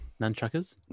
Nunchuckers